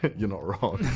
you're not wrong.